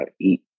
eat